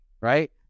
right